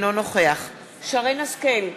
אינו נוכח שרן השכל,